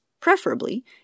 preferably